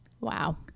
Wow